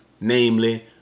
namely